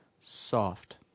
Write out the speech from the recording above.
soft